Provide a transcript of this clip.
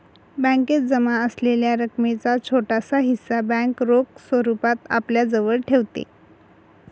बॅकेत जमा असलेल्या रकमेचा छोटासा हिस्सा बँक रोख स्वरूपात आपल्याजवळ ठेवते